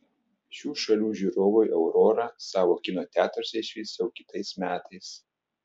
šių šalių žiūrovai aurorą savo kino teatruose išvys jau kitais metais